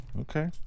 Okay